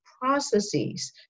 processes